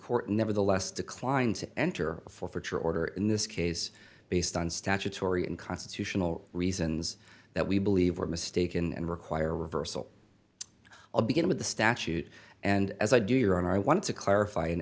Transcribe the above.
court nevertheless declined to enter a forfeiture order in this case based on statutory and constitutional reasons that we believe were mistaken and require reversal i'll begin with the statute and as i do your own i want to clarify in